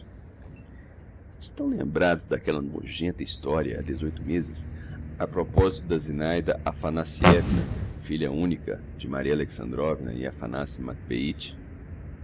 estão lembrados d'aquella nojenta historia ha dezoito mêses a proposito da zinaida aphanassivna filha unica de maria alexandrovna e de aphanassi